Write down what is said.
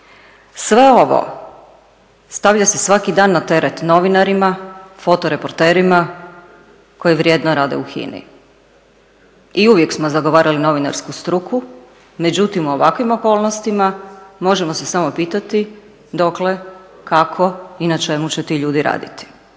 Sve ovo stavlja se svaki dan na teret novinarima, fotoreporterima koji vrijedno rade u HINA-i. I uvijek smo zagovarali novinarsku struku, međutim u ovakvim okolnostima, možemo se samo pitati dokle, kako i na čemu će ti ljudi raditi.